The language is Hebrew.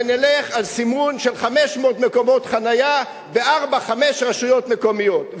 ונלך על סימון של 500 מקומות חנייה בארבע-חמש רשויות מקומיות.